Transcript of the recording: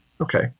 Okay